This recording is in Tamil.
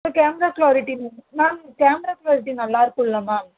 camera clarity ma'am camera clarity நல்லாயிருக்கும்ல மேம்